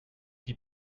qui